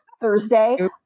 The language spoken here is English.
Thursday